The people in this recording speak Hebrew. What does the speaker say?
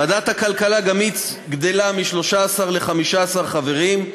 ועדת הכלכלה גם היא גדלה מ-13 ל-15 חברים,